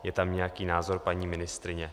Je tam nějaký názor paní ministryně.